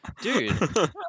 Dude